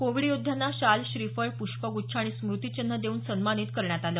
Covid योद्ध्यांना शाल श्रीफळ प्ष्पग्च्छ आणि स्मृतीचिन्ह देवून सन्मानित करण्यात आलं